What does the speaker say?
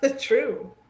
True